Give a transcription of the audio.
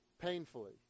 painfully